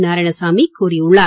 நாராயணசாமி கூறியுள்ளார்